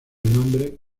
nombre